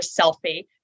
selfie